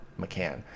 McCann